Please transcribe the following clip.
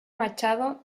machado